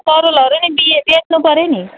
तरुलहरू पनि बे बेच्नु पर्यो नि